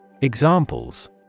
Examples